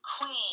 queen